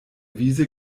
wiese